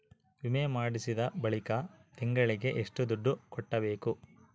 ವಿಮೆ ಮಾಡಿಸಿದ ಬಳಿಕ ತಿಂಗಳಿಗೆ ಎಷ್ಟು ದುಡ್ಡು ಕಟ್ಟಬೇಕು?